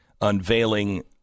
unveiling